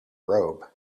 robe